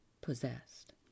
possessed